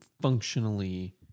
functionally